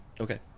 Okay